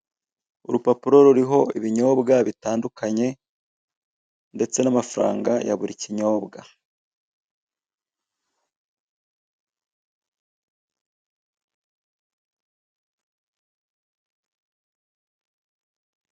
Urupapuro ruriho ibinyobwa bitandukanye ndetse namafaranga ya buri kinyobwa.